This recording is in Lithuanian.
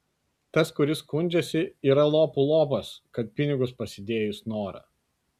tas kuris skundžiasi yra lopų lopas kad pinigus pasidėjo į snorą